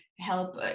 help